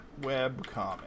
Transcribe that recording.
Webcomic